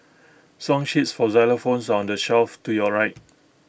song sheets for xylophones on the shelf to your right